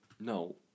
No